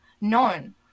known